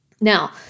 Now